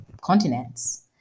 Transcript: continents